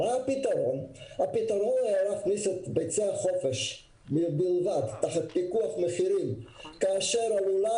הפתרון הוא שביצי החופש תחת פיקוח מחירים כאשר הלולן